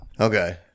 Okay